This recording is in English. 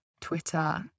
Twitter